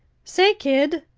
say, kid,